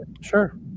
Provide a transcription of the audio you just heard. Sure